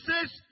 says